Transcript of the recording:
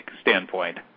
standpoint